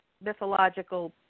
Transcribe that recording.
mythological